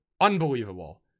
unbelievable